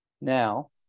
Now